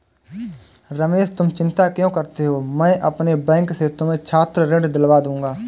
रमेश तुम चिंता क्यों करते हो मैं अपने बैंक से तुम्हें छात्र ऋण दिलवा दूंगा